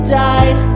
died